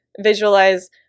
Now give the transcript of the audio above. visualize